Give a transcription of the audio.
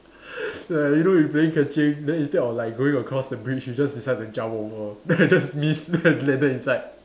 like you know you playing catching then instead of like going across the bridge you just decide to jump over then I just miss then I landed inside